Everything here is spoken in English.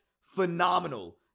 phenomenal